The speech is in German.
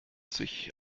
sich